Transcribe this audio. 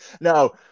No